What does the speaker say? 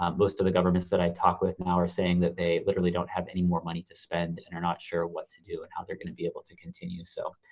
um most of the governments that i talk with now are saying that they literally don't have any more money to spend and are not sure what to do and how they're gonna be able to continue. so,